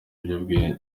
ibiyobyabwenge